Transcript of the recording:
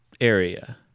area